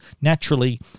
Naturally